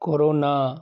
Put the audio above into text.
corona